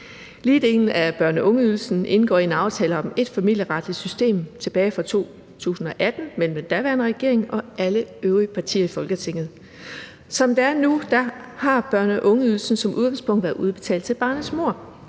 Ligedeling af børne- og ungeydelsen indgår i »Aftale om ét samlet familieretligt system« tilbage fra 2018 mellem den daværende regering og alle øvrige partier i Folketinget. Som det er nu, har børne- og ungeydelsen som udgangspunkt været udbetalt til barnets mor,